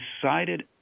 decided